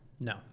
No